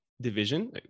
division